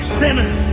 sinners